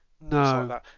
No